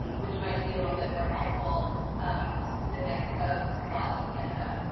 which might be a little bit more helpful with the specifics of laws in canada.